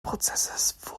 prozesses